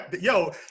Yo